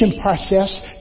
process